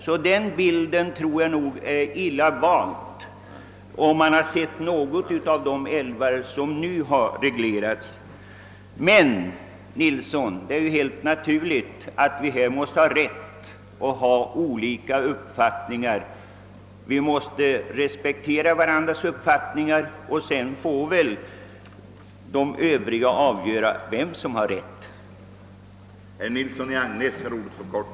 Om man har sett något av de älvar som nu har reglerats, tror jag att den bild herr Nilsson i Agnäs gav är illa vald. Men, herr Nilsson, det är helt naturligt att vi måste ha rätt att ha olika uppfattningar i denna fråga, och vi måste respektera varandra. Sedan får andra avgöra vem av oss som har rätt.